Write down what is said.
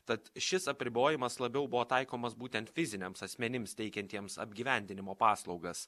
tad šis apribojimas labiau buvo taikomas būtent fiziniams asmenims teikiantiems apgyvendinimo paslaugas